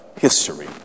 history